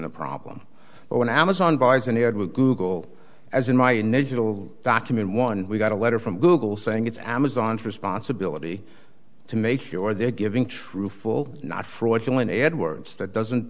a problem but when amazon buys a new ad with google as in my initial document one we got a letter from google saying it's amazon's responsibility to make sure they're giving true full not fraudulent ad words that doesn't